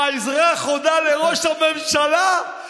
האזרח הודה לראש הממשלה,